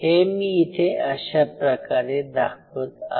हे मी इथे अशा प्रकारे दाखवत आहे